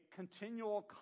continual